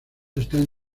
están